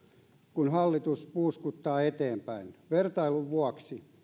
kun hallitus puuskuttaa eteenpäin vertailun vuoksi